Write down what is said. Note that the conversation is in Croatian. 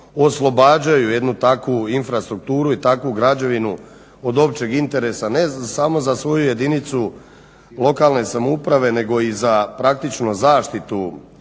oslobađaju jednu takvu infrastrukturu i takvu građevinu od općeg interesa ne samo za svoju jedinicu lokalne samouprave nego i za praktično zaštitu